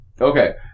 Okay